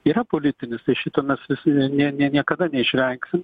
yra politinis tai šito mes vis ne nė niekada neišvengsim